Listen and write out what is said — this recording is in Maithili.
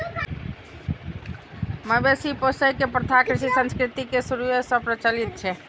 मवेशी पोसै के प्रथा कृषि संस्कृति के शुरूए सं प्रचलित छै